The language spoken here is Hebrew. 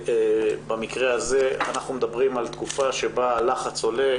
אנחנו מדברים על תקופה שבה הלחץ עולה.